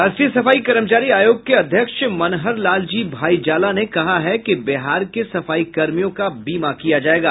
राष्ट्रीय सफाई कर्मचारी आयोग के अध्यक्ष मनहर लालजी भाई जाला ने कहा है कि बिहार के सफाईकर्मियों का बीमा किया जायेगा